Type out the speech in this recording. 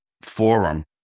forum